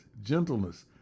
gentleness